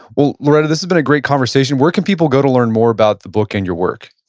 well loretta, this has been a great conversation. where can people go to learn more about the book and your work?